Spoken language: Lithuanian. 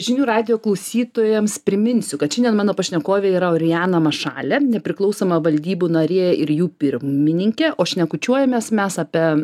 žinių radijo klausytojams priminsiu kad šiandien mano pašnekovė yra orijana mašalė nepriklausoma valdybų narė ir jų pirmininkė o šnekučiuojamės mes apie